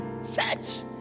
set